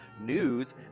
news